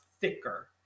thicker